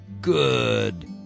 good